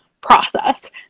process